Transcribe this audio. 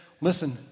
listen